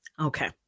okay